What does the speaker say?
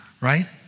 right